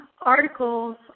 articles